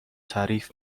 تعریف